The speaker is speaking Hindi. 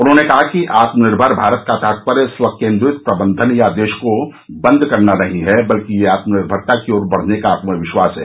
उन्होंने कहा कि आत्मनिर्भर भारत का तात्पर्य स्व केन्द्रित प्रबंधन या देश को बंद करना नहीं है बल्कि यह आत्मनिर्भेरता की ओर बढ़ने का आत्मविश्वास है